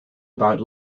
about